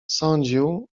sądził